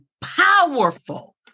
powerful